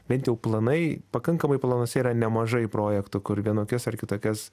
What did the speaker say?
bent jau planai pakankamai planuose yra nemažai projektų kur vienokias ar kitokias